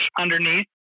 underneath